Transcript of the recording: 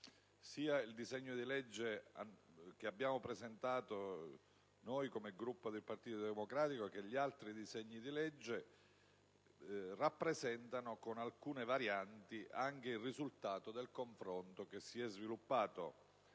Sia quello che abbiamo presentato come Gruppo del Partito Democratico che gli altri disegni di legge rappresentano, con alcune varianti, il risultato del confronto che si è sviluppato